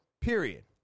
period